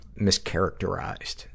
mischaracterized